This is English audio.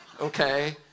okay